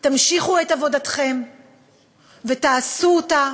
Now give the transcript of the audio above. תמשיכו את עבודתכם ותעשו אותה